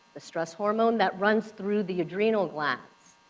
the stress hormone that runs through the adrenal glands,